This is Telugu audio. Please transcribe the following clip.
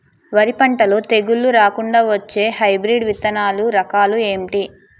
వరి పంటలో తెగుళ్లు రాకుండ వచ్చే హైబ్రిడ్ విత్తనాలు రకాలు ఏంటి?